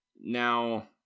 Now